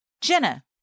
Jenna